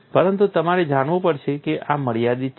પરંતુ તમારે જાણવું પડશે કે આ મર્યાદિત છે